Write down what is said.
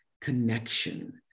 connection